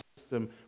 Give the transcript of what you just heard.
system